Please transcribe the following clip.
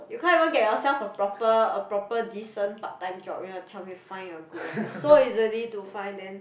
you can't even get yourself a proper a proper decent part time job you want to tell find a good one so easily to find then